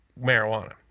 marijuana